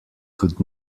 could